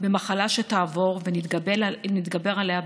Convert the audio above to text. במחלה שתעבור ונתגבר עליה בקלות.